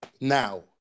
now